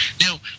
Now